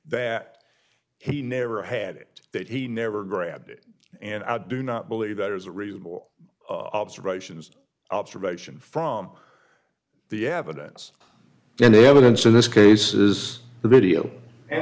that he never had it that he never grabbed it and i do not believe that is a reasonable observations observation from the evidence and the evidence in this case is the big deal and